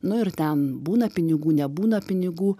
nu ir ten būna pinigų nebūna pinigų